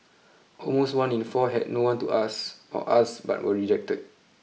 almost one in four had no one to ask or ask but were rejected